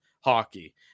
hockey